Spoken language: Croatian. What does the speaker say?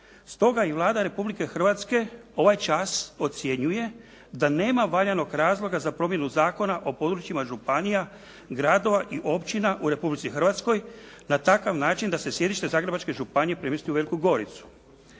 Stoga i Vlada Republike Hrvatske ovaj čas ocjenjuje da nema valjanog razloga za promjenu Zakona o područjima županija, gradova i općina u Republici Hrvatskoj na takav način da se sjedište Zagrebačke županije premjesti u Veliku Goricu.